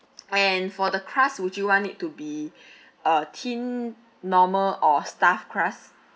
and for the crust would you want it to be uh thin normal or stuffed crust